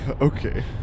Okay